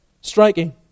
striking